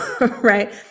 right